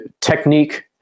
technique